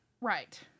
right